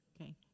Okay